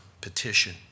petition